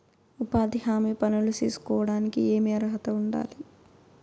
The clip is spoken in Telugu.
ఉపాధి హామీ పనులు సేసుకోవడానికి ఏమి అర్హత ఉండాలి?